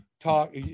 talk